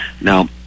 Now